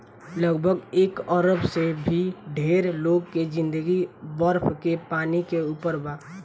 लगभग एक अरब से भी ढेर लोग के जिंदगी बरफ के पानी के ऊपर बा